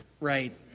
Right